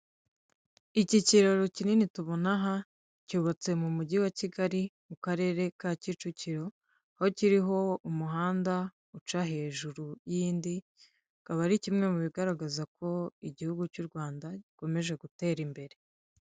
Iki kiraro kinini tubona aha, cyubatse mu mujyi wa Kigali, mu karere ka Kicukiro, aho kiriho umuhanda uca hejuru y'indi, akaba ari kimwe mu bigaragaza ko igihugu cy'u Rwanda gikomeje gutera imbere.